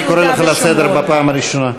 אני קורא אותך לסדר בפעם הראשונה.